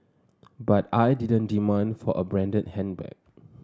but I didn't demand for a branded handbag